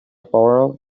borrow